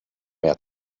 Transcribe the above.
mehr